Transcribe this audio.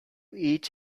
each